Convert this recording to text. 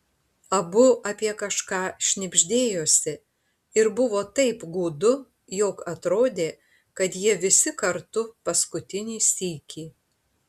abu apie kažką šnibždėjosi ir buvo taip gūdu jog atrodė kad jie visi kartu paskutinį sykį